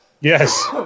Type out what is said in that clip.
Yes